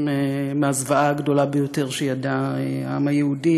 מהזוועה הגדולה ביותר שידע העם היהודי.